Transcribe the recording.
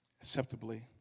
acceptably